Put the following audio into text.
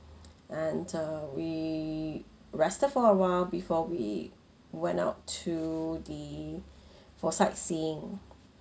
and uh we rested for a while before we went out to the for sightseeing